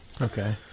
Okay